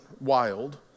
wild